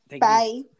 bye